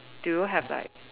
do you have like